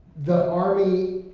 the army,